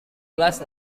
gelas